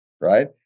right